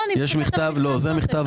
זה נכתב